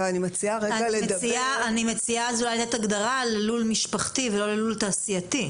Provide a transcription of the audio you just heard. אני מציעה הגדרה ללול משפחתי ולא ללול תעשייתי.